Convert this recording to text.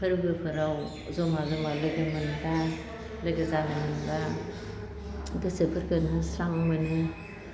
फोरबोफोराव जमा जमा लोगो मोनब्ला लोगो जानो मोनब्ला गोसोफोरखोनो स्रां मोनो